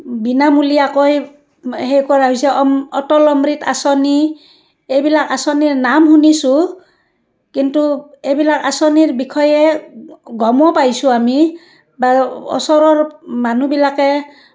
বিনামূলীয়াকৈ সেই কৰা হৈছে অম্ অটল অমৃত আঁচনি এইবিলাক আঁচনিৰ নাম শুনিছোঁ কিন্তু এইবিলাক আঁচনিৰ বিষয়ে গমো পাইছোঁ আমি বা ওচৰৰ মানুহবিলাকে